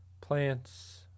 Plants